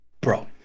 bro